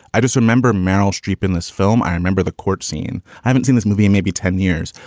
i just remember meryl streep in this film. i remember the court scene. i haven't seen this movie maybe ten years,